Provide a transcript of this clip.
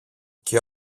και